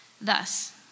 Thus